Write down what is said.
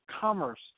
commerce